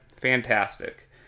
fantastic